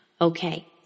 Okay